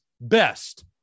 Best